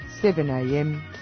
7am